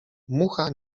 mucha